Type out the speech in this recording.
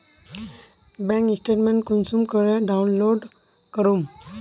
Bank statement कुंसम करे download करूम?